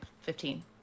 fifteen